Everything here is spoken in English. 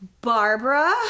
Barbara